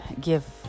give